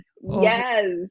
yes